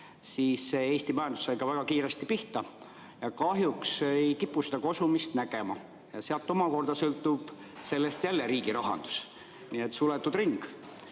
siis Eesti majandus sai ka väga kiiresti pihta. Kahjuks ei kipu seda kosumist nägema. Sellest omakorda sõltub jälle riigi rahandus, nii et suletud ring.